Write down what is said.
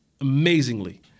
amazingly